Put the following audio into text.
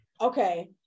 Okay